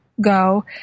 Go